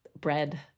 bread